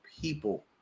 people